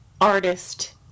artist